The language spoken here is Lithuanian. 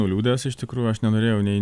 nuliūdęs iš tikrųjų aš nenorėjau nei